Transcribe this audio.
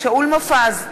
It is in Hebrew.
שאול מופז,